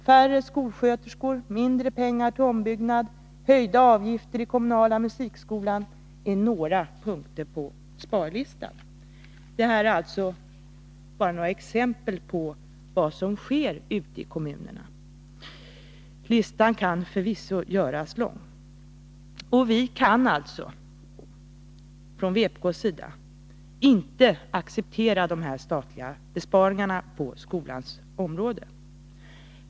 Färre skolsköterskor, mindre pengar till ombyggnad, höjda avgifter för kommunala musikskolan — det är några punkter på sparlistan. Detta är bara några exempel på vad som sker ute i kommunerna. Listan kan förvisso göras lång. Vpk kan inte acceptera de statliga besparingarna på skolans område.